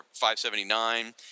579